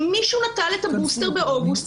אם מישהו נטל את הבוסטר באוגוסט,